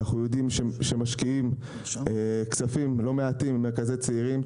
אנחנו יודעים שמשקיעים כספים לא מעטים במרכזי צעירים,